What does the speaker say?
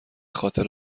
خاطر